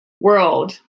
world